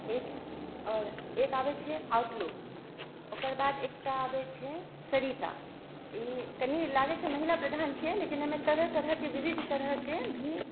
एक आओर एक आबैत छै आउटलुक ओकर बाद एकटा आबैत छै सरिता ई कनि लागैत छै महिला प्रधान छियै लेकिन एहिमे तरह तरहके विविध तरहके भी